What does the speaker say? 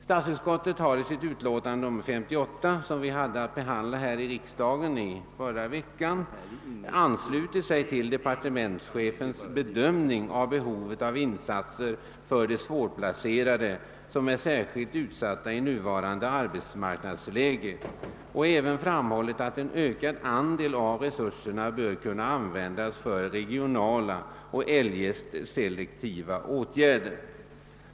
Statsutskottet har i sitt utlåtande nr 58, som vi behandlade förra veckan, anslutit sig till departementschefens bedömning av behovet av insatser för de svårplacerade, som är särskilt utsatta i nuvarande arbetsmarknadsläge, och även framhållit att en ökad andel av resurserna bör kunna användas för regionala och eljest selektiva åtgärder.